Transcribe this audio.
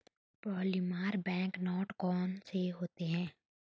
polymer bank note कौन से होते हैं